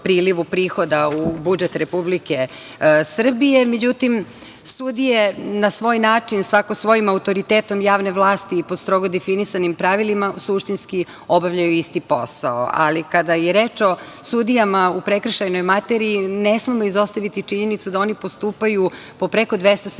prihoda u budžet Republike Srbije. Međutim, sudije na svoj način, svako svojim autoritetom javne vlasti i po strogo definisanim pravilima, suštinski obavljaju isti posao. Kada je reč o sudijama u prekršajnoj materiji, ne smemo izostaviti činjenicu da oni postupaju po preko 270